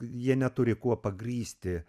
jie neturi kuo pagrįsti